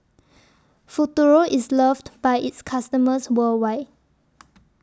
Futuro IS loved By its customers worldwide